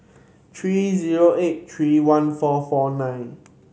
three zero eight three one four four nine